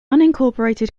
unincorporated